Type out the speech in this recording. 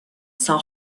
san